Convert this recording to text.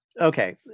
Okay